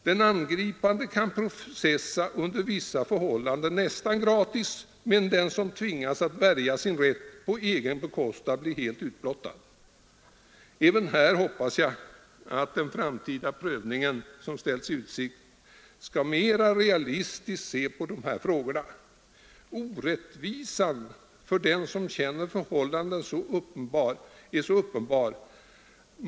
Den angripande kan processa nästan gratis under vissa förhållanden, medan den som tvingas att värja sin rätt på egen bekostnad blir helt utblottad. Även i detta avseende hoppas jag att den framtida prövning som ställts i utsikt skall mer realistiskt se på dessa frågor. Orättvisan är för den som känner förhållandena så uppenbar.